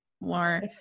more